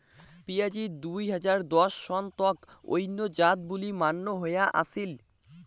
পিঁয়াজিত দুই হাজার দশ সন তক অইন্য জাত বুলি মান্য হয়া আছিল